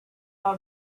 are